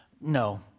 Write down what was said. No